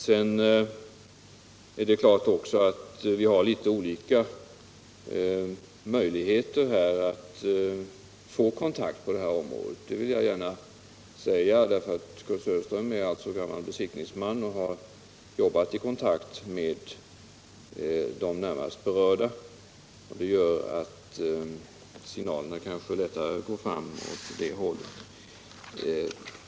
Det är också klart att vi har litet olika möjligheter att få kontakt på det här området. Kurt Söderström är gammal besiktningsman och har jobbat i kontakt med de närmast berörda vilket gör att signalerna kanske lättare går fram till honom.